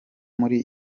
muri